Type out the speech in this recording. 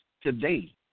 today